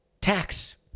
tax